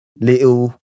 little